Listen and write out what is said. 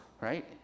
right